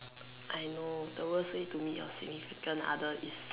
I know the worst way to meet your significant other is